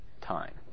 time